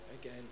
again